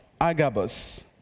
Agabus